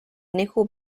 nicol